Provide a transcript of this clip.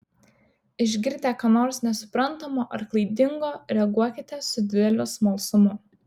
išgirdę ką nors nesuprantamo ar klaidingo reaguokite su dideliu smalsumu